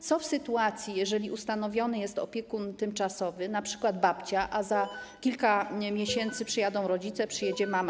Co w sytuacji, jeżeli ustanowiony jest opiekun tymczasowy, np. babcia, a za kilka miesięcy przyjadą rodzice, przyjedzie mama?